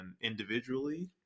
individually